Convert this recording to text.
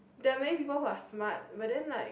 they're many people who are smart but then like